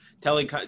telling